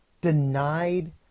denied